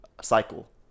cycle